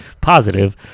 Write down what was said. positive